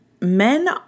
men